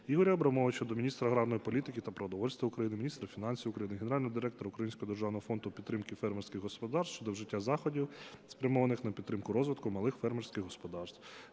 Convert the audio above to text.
Ігоря Абрамовича до міністра аграрної політики та продовольства України, міністра фінансів України, Генерального директора Українського державного фонду підтримки фермерських господарств щодо вжиття заходів, спрямованих на підтримку розвитку малих фермерських господарств.